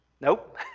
Nope